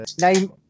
Name